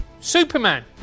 Superman